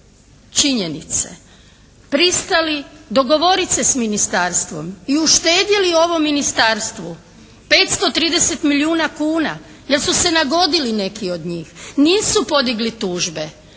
činjenice pristali dogovoriti se s Ministarstvom i uštedili ovom Ministarstvu 530 milijuna kuna jer su se nagodili neki od njih. Nisu podigli tužbe.